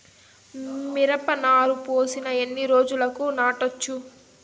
మిరప నారు పోసిన ఎన్ని రోజులకు నాటచ్చు?